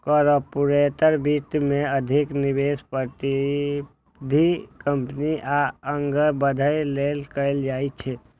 corporate वित्त मे अधिक निवेश प्रतिस्पर्धी कंपनी सं आगां बढ़ै लेल कैल जाइ छै